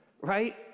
right